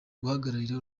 guhagararira